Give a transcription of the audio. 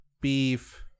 beef